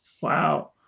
wow